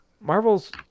Marvel's